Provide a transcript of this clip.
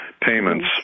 payments